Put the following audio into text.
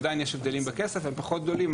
יש הבדלים בכסף אבל הם פחות גדולים.